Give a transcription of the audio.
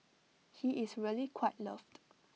he is really quite loved